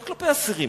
לא כלפי האסירים.